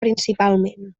principalment